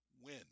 win